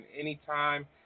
anytime